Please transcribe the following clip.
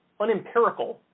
unempirical